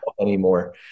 anymore